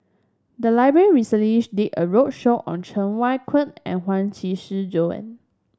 the library recently did a roadshow on Cheng Wai Keung and Huang Qishi Joan